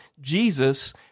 Jesus